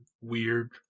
weird